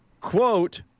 Quote